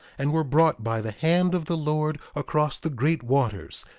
and were brought by the hand of the lord across the great waters,